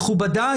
מכובדיי,